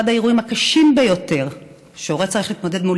אחד האירועים הקשים ביותר שהורה צריך להתמודד איתם